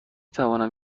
توانم